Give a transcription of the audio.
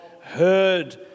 heard